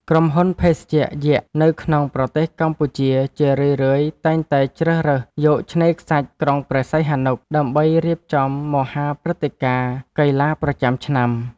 ក្រុមហ៊ុនភេសជ្ជៈយក្សនៅក្នុងប្រទេសកម្ពុជា ជារឿយៗតែងតែជ្រើសរើសយកឆ្នេរខ្សាច់ក្រុងព្រះសីហនុ ដើម្បីរៀបចំមហាព្រឹត្តិការណ៍កីឡាប្រចាំឆ្នាំ។